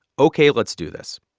ok, let's do this.